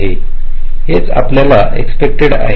हेच आपल्याला एक्स्पेक्टेि आहे